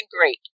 great